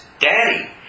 Daddy